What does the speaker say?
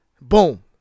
Boom